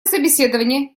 собеседования